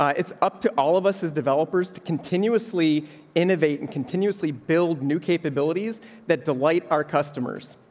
ah it's up to all of us is developers to continuously innovate and continuously build new capabilities that delight our customers?